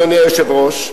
אדוני היושב-ראש,